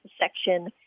section